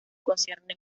concierne